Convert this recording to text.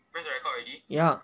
press the record already ya